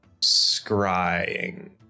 scrying